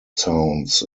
sounds